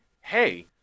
hey